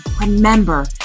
remember